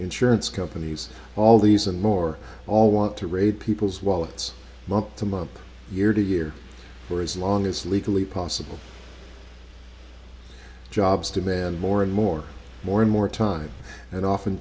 insurance companies all these and more all want to raid people's wallets month to month year to year for as long as legally possible jobs demand more and more more and more time and often